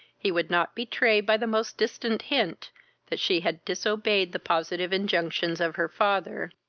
he would not betray by the most distant hint that she had disobeyed the positive injuctions of her father,